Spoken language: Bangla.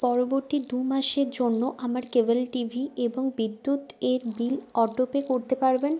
পরবর্তী দু মাসের জন্য আমার কেবেল টিভি এবং বিদ্যুতের বিল অটোপে করতে পারবেন